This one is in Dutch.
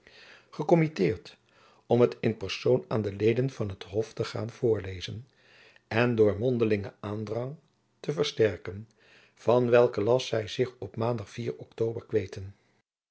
gekommitteerd om het in persoon jacob van lennep elizabeth musch aan de leden van het hof te gaan voorlezen en door mondelingen aandrang te versterken van welken last zy zich op aandag ktober kweten